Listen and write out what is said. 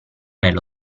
nello